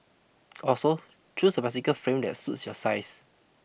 also choose a bicycle frame that suits your size